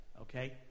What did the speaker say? Okay